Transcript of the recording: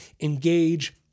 engage